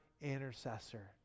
intercessor